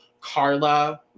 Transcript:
Carla